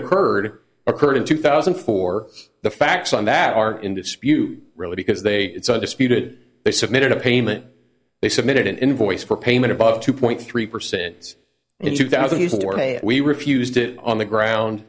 occurred occurred in two thousand and four the facts on that are in dispute really because they are disputed they submitted a payment they submitted an invoice for payment above two point three percent in two thousand we refused it on the ground